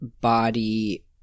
body